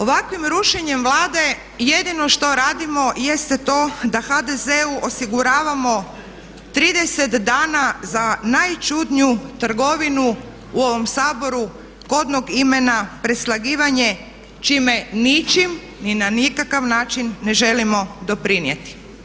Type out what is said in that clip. Ovakvim rušenjem Vlade jedino što radimo jeste to da HDZ-u osiguravamo 30 dana za najčudniju trgovinu u ovom Saboru kodnog imena preslagivanje čime ničim ni na nikakav način ne želimo doprinijeti.